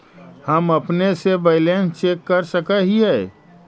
हम अपने से बैलेंस चेक कर सक हिए?